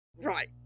right